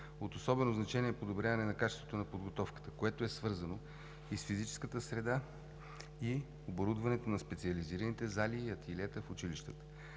От особено значение е подобряване на качеството на подготовката, което е свързано и с физическата среда, и оборудването на специализираните зали и ателиета в училищата.